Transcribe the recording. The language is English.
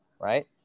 Right